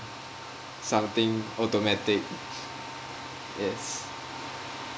something automatic yes